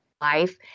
life